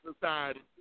society